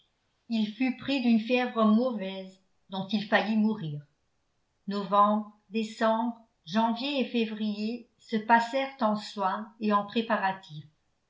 il fut pris d'une fièvre mauvaise dont il faillit mourir novembre décembre janvier et février se passèrent en soins et en préparatifs